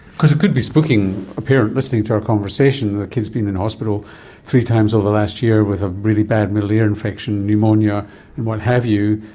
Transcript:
because it could be spooking a parent to listening to our conversation, the kids been in hospital three times over the last year with a really bad middle ear infection, pneumonia and what have you,